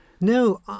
No